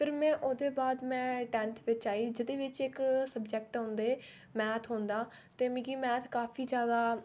फिर में ओहदे बाद में टैन्थ बिच आई जेहदे बिच इक सबजैक्ट होंदा मैथ होंदा ते मिकी मैथ काफी ज्यादा